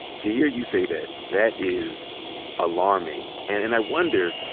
to hear you say that, that is alarming. and and i wonder,